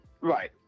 Right